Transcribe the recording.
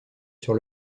sur